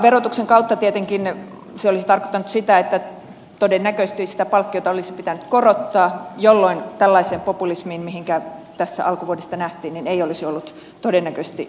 verotuksen kautta tietenkin se olisi tarkoittanut sitä että todennäköisesti sitä palkkiota olisi pitänyt korottaa jolloin tällaiseen populismiin mitä tässä alkuvuodesta nähtiin ei olisi ollut todennäköisesti syytä